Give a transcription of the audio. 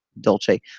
Dolce